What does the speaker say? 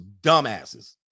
dumbasses